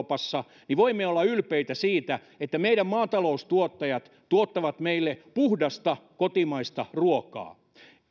on keski euroopassa niin voimme olla ylpeitä siitä että meidän maataloustuottajamme tuottavat meille puhdasta kotimaista ruokaa